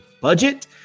budget